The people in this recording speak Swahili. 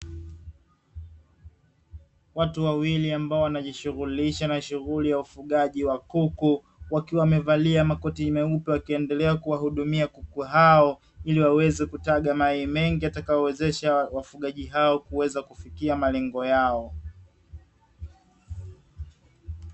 Watu wawili ambao wanajishughulisha na shughuli ya ufugaji wa kuku wakiwa wamevalia makoti meupe wakiendelea kuwahudumia kuku hao ili waweze kutaga mayai mengi yatakayo wawezesha wafugaji hao kufikia malengo yao.